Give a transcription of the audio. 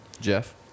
Jeff